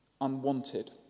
unwanted